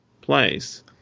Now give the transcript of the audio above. place –